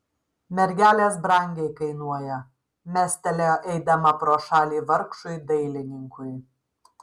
mergelės brangiai kainuoja mestelėjo eidama pro šalį vargšui dailininkui